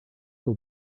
will